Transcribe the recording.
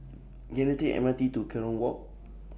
Can I Take M R T to Kerong Walk